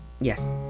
yes